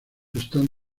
están